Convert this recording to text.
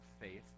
faith